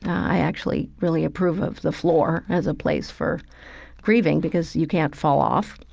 i actually really approve of the floor as a place for grieving, because you can't fall off.